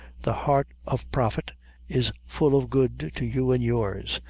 the heart of prophet is full of good to you and yours,